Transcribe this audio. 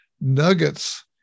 nuggets